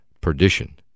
perdition